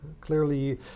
clearly